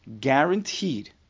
guaranteed